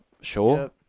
sure